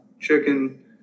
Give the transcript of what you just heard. chicken